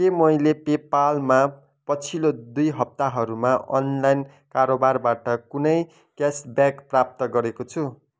के मैले पे पालमा पछिल्लो दुई हप्ताहरूमा अनलाइन कारोबारबाट कुनै क्यासब्याक प्राप्त गरेको छु